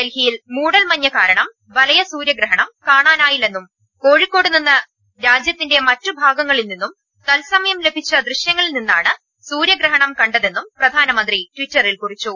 ഡൽഹിയിൽ മൂടൽമഞ്ഞു കാരണം വലയ സൂര്യഗ്രഹണം കാണാനായില്ലെന്നും കോഴിക്കോടു നിന്നും രാജ്യത്തിന്റെ മറ്റു ഭാഗങ്ങളിൽ നിന്നും തത്സമയം ലഭിച്ച ദൃശ്യങ്ങളിൽ നിന്നാണ് സൂര്യഗ്രഹണം കണ്ടതെന്നും പ്രധാനമന്ത്രി ട്വിറ്ററിൽ കുറിച്ചു